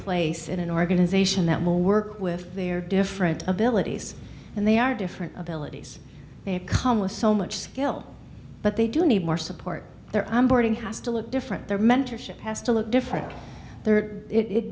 place in an organization that will work with their different abilities and they are different abilities they have come with so much skill but they do need more support their onboarding has to look different their mentorship has to look different third it